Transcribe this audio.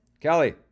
Kelly